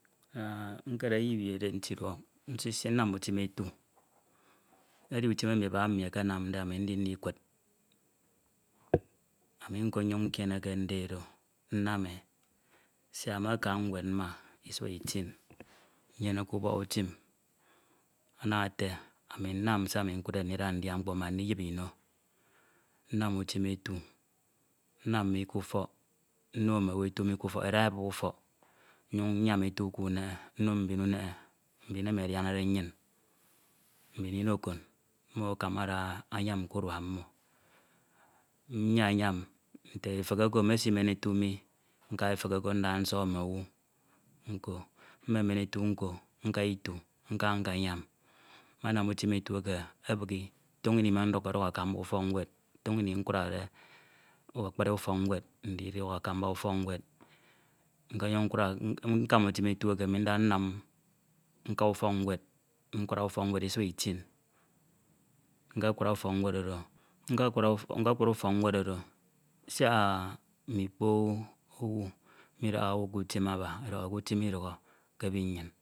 nkere eyibi edet ntiduọk nsinam ufin etu. Edi ufin emi baba mmi akanamde ami ndi ndikud, ami nko nnyin nkiene ke nde oro nnam e siak maka ñwed mma isua etin nnyene ke ubọk utim ana ete ami nnam se ami nkudde ndida ndia mkpo mak ndiyip ino. Nnam utim etu nnam mi k'ufọk nno mmowu etu mi kufọk eda ebup ufọk nnyin nyam etu k'uneghe no mbin uneghe mbin emi eduñde mi ediana nnyin mbin mokon, mmo ada akamba anyam k'urua mmo. Nyanyam note efik oko mesimen etu mi nda nsọk mm owu mesimen etu mi nda nka itu nka nkanyan mana utim etu eke ebighi toño ini mme nduke kaña akamba ufọk ñwed, toño ini nkunade akpri ufọk ñwed ndiduk akamba ufọk ñwed nkọnyuñ nkusa nkama utim etu eke mi nka ufọk ñwed nkura ufọk ñwed isua etin. Nkekura ufọk ñwed oro, siak mme ikpo owu midaghe owu kutim aba edọhọ ƙutim idukhọ ke ebi nnyin